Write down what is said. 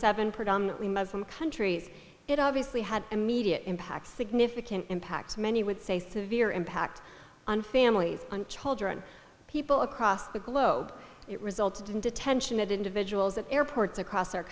seven predominantly muslim countries it obviously had immediate impact significant impacts many would say severe impact on families on children people across the globe it resulted in detention of individuals at airports across our